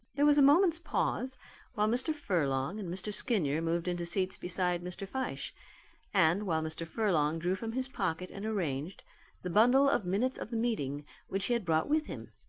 there was a moment's pause while mr. furlong and mr. skinyer moved into seats beside mr. fyshe and while mr. furlong drew from his pocket and arranged the bundle of minutes of the meeting which he had brought with him.